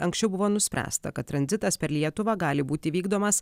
anksčiau buvo nuspręsta kad tranzitas per lietuvą gali būti vykdomas